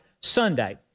Sunday